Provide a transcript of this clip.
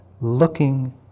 looking